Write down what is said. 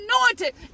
anointed